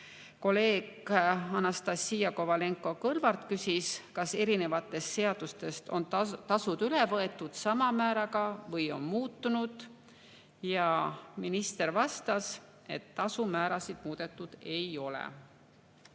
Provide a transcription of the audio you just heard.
Kolleeg Anastassia Kovalenko-Kõlvart küsis, kas erinevatest seadustest on tasud üle võetud sama määraga või on muutunud. Ja minister vastas, et tasumäärasid muudetud ei